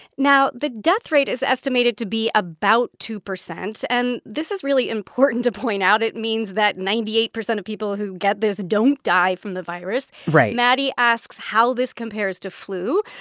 now, the death rate is estimated to be about two percent, and this is really important to point out. it means that ninety eight percent of people who get this don't die from the virus right maddie asks how this compares to flu.